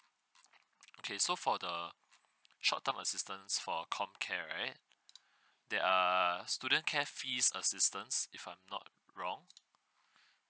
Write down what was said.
okay so for the short term assistance for a comcare right there are student care fees assistance if I'm not wrong